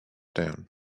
down